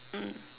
mm